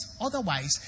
otherwise